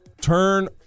turn